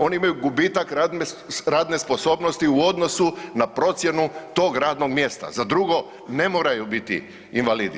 Oni imaju gubitak radne sposobnosti u odnosu na procjenu tog radnog mjesta, za drugo ne moraju biti invalidi.